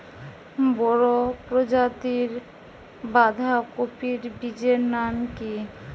বড় প্রজাতীর বাঁধাকপির বীজের নাম কি?